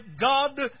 God